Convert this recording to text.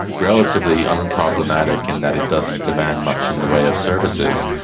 relatively unproblematic in that it doesn't demand much in the way of services,